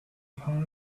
pang